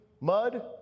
mud